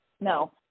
No